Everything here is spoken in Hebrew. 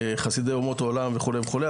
חסידי אומות העולם וכו' וכו'.